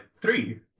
Three